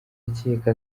ndakeka